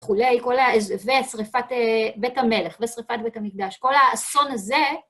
ושריפת בית המלך, ושריפת בית המקדש. כל האסון הזה...